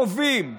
טובים,